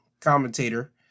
commentator